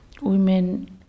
women